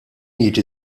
jiġi